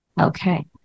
Okay